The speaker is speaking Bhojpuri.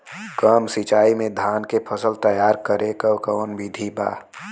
कम सिचाई में धान के फसल तैयार करे क कवन बिधि बा?